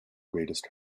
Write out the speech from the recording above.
greatest